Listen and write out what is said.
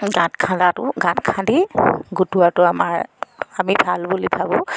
গাঁত খন্দাটো গাঁত খান্দি গোটোৱাটো আমাৰ আমি ভাল বুলি ভাবোঁ